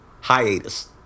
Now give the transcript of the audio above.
Hiatus